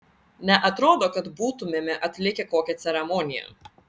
neatrodo kad būtumėme atlikę kokią ceremoniją